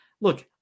look